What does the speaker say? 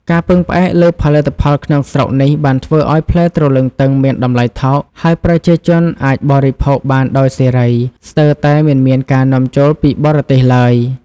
ការពឹងផ្អែកលើផលិតផលក្នុងស្រុកនេះបានធ្វើឲ្យផ្លែទ្រលឹងទឹងមានតម្លៃថោក ហើយប្រជាជនអាចបរិភោគបានដោយសេរី ស្ទើរតែមិនមានការនាំចូលពីបរទេសឡើយ។